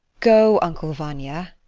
go, uncle vanya.